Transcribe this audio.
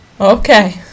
okay